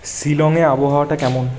শিলংয়ে আবহাওয়াটা কেমন